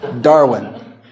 Darwin